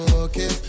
okay